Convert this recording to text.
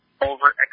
over